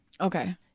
Okay